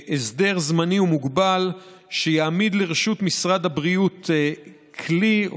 הסדר זמני ומוגבל שיעמיד לרשות משרד הבריאות כלים,